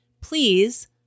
Please